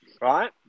right